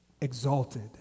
Exalted